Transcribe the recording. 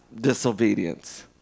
disobedience